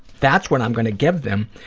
that's what i'm going to give them.